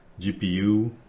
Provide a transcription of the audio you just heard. GPU